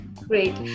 Great